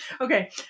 Okay